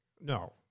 No